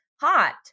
hot